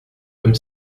comme